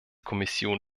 kommission